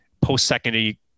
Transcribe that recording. post-secondary